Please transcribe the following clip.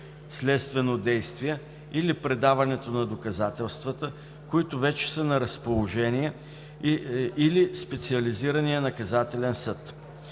следствено действие или предаването на доказателствата, които вече са на разположение или специализираният наказателен съд.